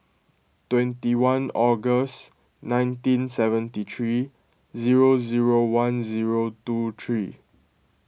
twenty one August nineteen seventy three zero zero one zero two three